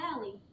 Valley